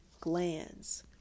glands